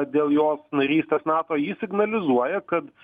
dėl jos narystės nato ji signalizuoja kad